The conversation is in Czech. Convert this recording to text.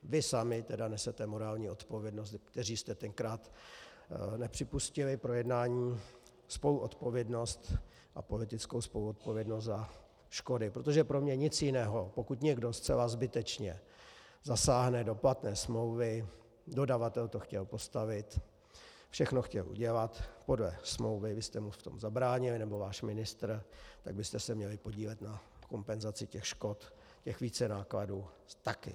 Vy sami tedy nesete morální odpovědnost, kteří jste tenkrát nepřipustili projednání, spoluodpovědnost a politickou spoluodpovědnost za škody, protože pro mě nic jiného, pokud někdo zcela zbytečně zasáhne do platné smlouvy, dodavatel to chtěl postavit, všechno chtěl udělat podle smlouvy, vy jste mu v tom zabránili, nebo váš ministr, tak byste se měli podílet na kompenzaci těch škod, těch vícenákladů taky.